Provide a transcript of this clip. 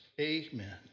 Amen